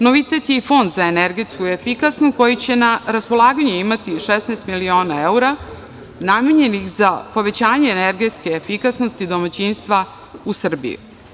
Novitet je i Fond za energetsku efikasnost koji će na raspolaganju imati 16 miliona evra namenjenih za povećanje energetske efikasnosti domaćinstva u Srbiji.